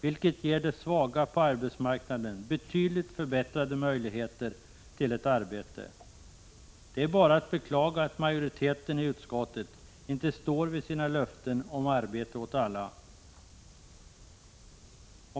Därmed får de svaga på arbetsmarknaden betydligt bättre möjligheter att hitta ett arbete. Det är bara att beklaga att majoriteten i utskottet inte står fast vid sitt löfte om arbete åt alla.